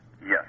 Yes